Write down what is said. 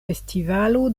festivalo